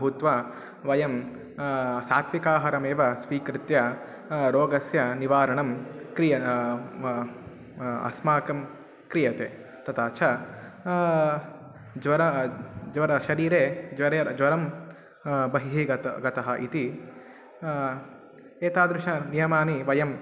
भूत्वा वयं सात्विकाहारमेव स्वीकृत्य रोगस्य निवारणं क्रिया मम अस्माकं क्रियते तथा च ज्वरः ज्वरः शरीरे ज्वरे ज्वरं बहिः गतः गतः इति एतादृशान् नियमान् वयं